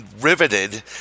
riveted